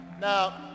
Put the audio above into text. Now